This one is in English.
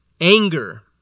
anger